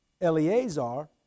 Eleazar